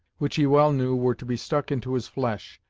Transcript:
which he well knew were to be stuck into his flesh,